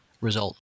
result